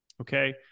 Okay